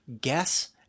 guess